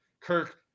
Kirk